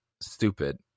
stupid